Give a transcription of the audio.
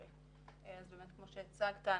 באמת כמו שהצגת,